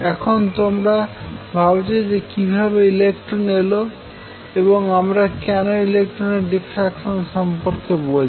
এখন তোমরা ভাবছো যে কিভাবে ইলেকট্রন এলো এবং আমরা কেন ইলেকট্রনের ডিফ্রাকশান সম্পর্কে বলছি